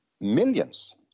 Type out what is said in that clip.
millions